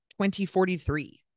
2043